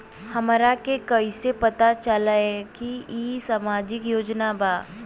हमरा के कइसे पता चलेगा की इ सामाजिक योजना बा?